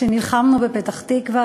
כשנלחמנו בפתח-תקווה,